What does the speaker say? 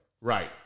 Right